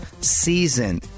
season